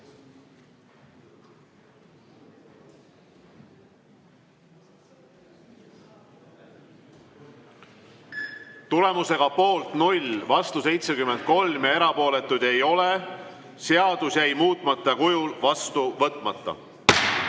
Tulemus: poolt 0, vastu 73 ja erapooletuid ei ole. Seadus jäi muutmata kujul vastu võtmata.